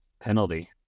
penalty